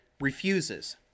refuses